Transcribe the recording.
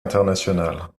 international